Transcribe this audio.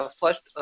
first